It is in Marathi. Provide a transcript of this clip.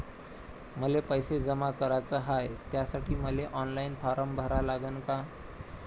मले पैसे जमा कराच हाय, त्यासाठी मले ऑनलाईन फारम भरा लागन का?